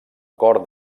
cor